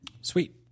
Sweet